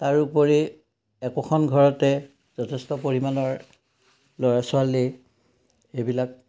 তাৰোপৰি একোখন ঘৰতে যথেষ্ট পৰিমাণৰ ল'ৰা ছোৱালী সেইবিলাক